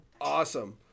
Awesome